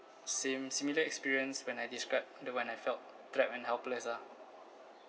sim~ similar experience when I describe the one I felt trapped and helpless ah